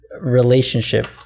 relationship